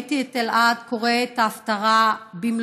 כשראיתי את אלעד קורא את ההפטרה במלואה.